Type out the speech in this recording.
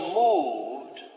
moved